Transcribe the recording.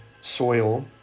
soil